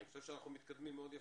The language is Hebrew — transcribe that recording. אני חושב שאנחנו מתקדמים מאוד יפה.